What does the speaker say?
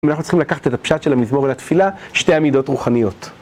ואנחנו צריכים לקחת את הפשט של המזמור אל התפילה, שתי עמידות רוחניות.